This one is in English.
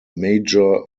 major